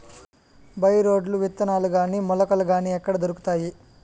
By రోడ్లు విత్తనాలు గాని మొలకలు గాని ఎక్కడ దొరుకుతాయి?